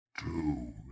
Two